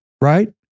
right